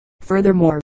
Furthermore